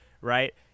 Right